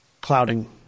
clouding